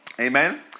Amen